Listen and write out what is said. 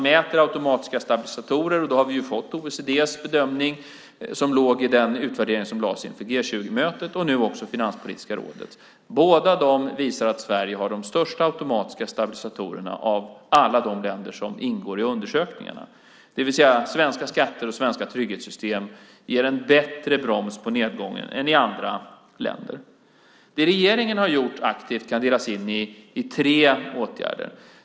Både OECD:s bedömning som låg i utvärderingen inför G 20-mötet och nu också Finanspolitiska rådets bedömning visar att Sverige har de största automatiska stabilisatorerna av alla de länder som ingår i undersökningarna, det vill säga, svenska skatter och svenska trygghetssystem ger en bättre broms på nedgången än andra länders. Det regeringen aktivt har gjort kan delas in i tre åtgärder.